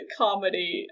comedy